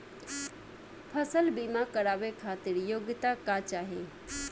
फसल बीमा करावे खातिर योग्यता का चाही?